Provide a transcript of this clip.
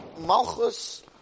Malchus